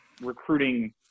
recruiting